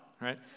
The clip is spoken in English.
Right